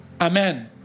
Amen